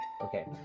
Okay